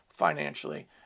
Financially